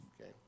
Okay